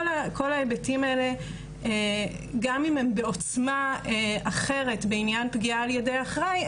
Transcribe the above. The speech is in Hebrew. ההיבטים האלה גם אם הם בעוצמה אחרת בעניין פגיעה על ידי אחראי,